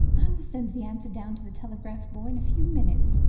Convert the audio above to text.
i will send the answer down to the telegraph boy in a few minutes.